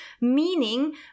meaning